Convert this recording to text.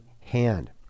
hand